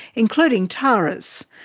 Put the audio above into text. including tara's.